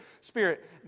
Spirit